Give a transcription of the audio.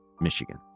Michigan